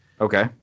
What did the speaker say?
Okay